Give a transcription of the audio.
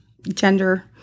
gender